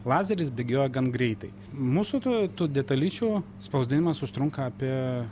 lazeris bėgioja gan greitai mūsų tų tų detalyčių spausdinimas užtrunka apie